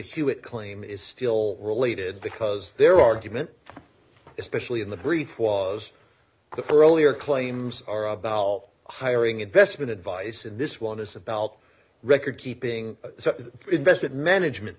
hewitt claim is still related because their argument especially in the brief was curlier busy claims are about hiring investment advice and this one is about record keeping investment management